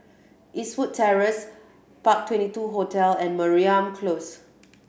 Eastwood Terrace Park Twenty two Hotel and Mariam Close